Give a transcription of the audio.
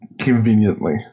conveniently